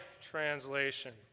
translation